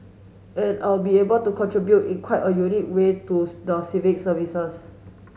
and I'll be able to contribute in quite a unique way to the civic services